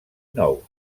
nous